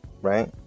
right